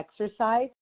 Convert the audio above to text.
exercise